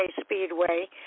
speedway